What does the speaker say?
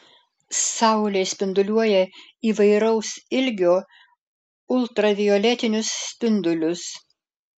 saulė spinduliuoja įvairaus ilgio ultravioletinius spindulius